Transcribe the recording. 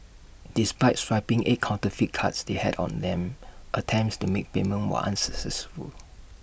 despite swiping eight counterfeit cards they had on them attempts to make payment were unsuccessful